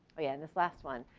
yeah, and this last one,